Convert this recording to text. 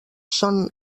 són